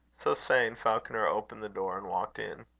so saying, falconer opened the door, and walked in.